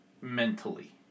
mentally